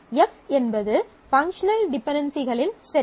F என்பது functional டிபென்டென்சிகளின் set